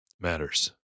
matters